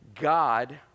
God